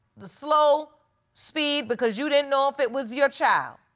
the slow speed because you didn't know if it was your child.